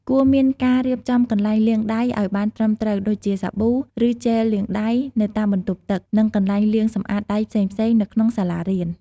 គួរមានការរៀបចំកន្លែងលាងដៃឲ្យបានត្រឹមត្រូវដូចជា សាប៊ូ ឬជែលលាងដៃនៅតាមបន្ទប់ទឹក និងកន្លែងលាងសម្អាតដៃផ្សេងៗនៅក្នុងសាលារៀន។